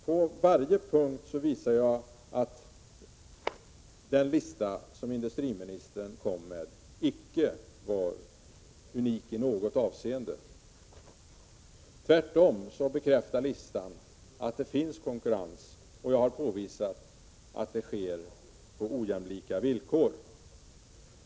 På varje punkt visade jag att den lista som industriministern presenterade icke innehöll någon enda kurs som var unik. Tvärtom bekräftar listan att det finns konkurrens, och jag har påvisat att konkurrensen sker på ojämlika villkor.